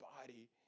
body